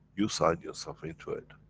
you signed yourself into it,